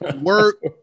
work